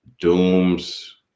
dooms